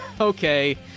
okay